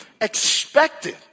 expected